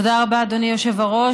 תודה רבה, אדוני היושב בראש.